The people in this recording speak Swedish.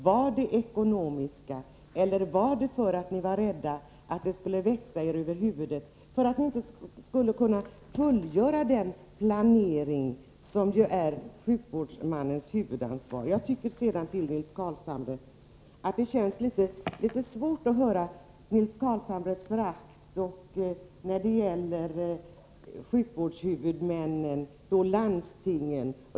Var det ekonomiska skäl som låg bakom eller var det för att ni var rädda att det skulle växa er över huvudet, rädda för att ni inte skulle kunna fullgöra den planering som ju är sjukvårdshuvudmännens huvudansvar? Jag vill sedan till Nils Carlshamre säga att jag tycker att det känns litet svårt att höra Nils Carlshamres förakt när det gäller sjukvårdshuvudmännen, landstingen.